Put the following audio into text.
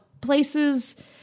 places